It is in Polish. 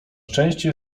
częściej